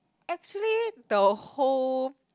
actually the whole